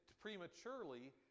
prematurely